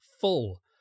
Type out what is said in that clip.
full